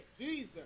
Jesus